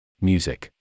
Music